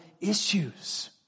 issues